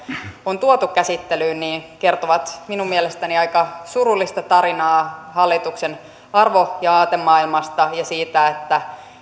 on tuotu käsittelyyn kertovat minun mielestäni aika surullista tarinaa hallituksen arvo ja aatemaailmasta ja siitä että